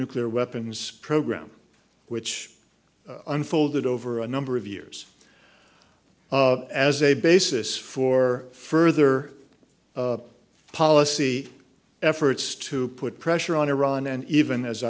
nuclear weapons program which unfolded over a number of years of as a basis for further policy efforts to put pressure on iran and even as